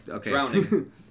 Drowning